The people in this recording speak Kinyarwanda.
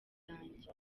zanjye